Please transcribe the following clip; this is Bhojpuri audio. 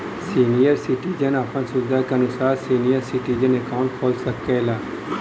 सीनियर सिटीजन आपन सुविधा के अनुसार सीनियर सिटीजन अकाउंट खोल सकला